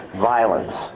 violence